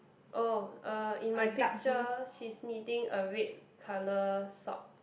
oh uh in my picture she is knitting a red colour sock